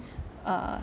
err